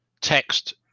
Text